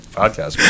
podcast